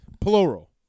plural